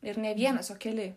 ir ne vienas o keliai